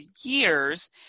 years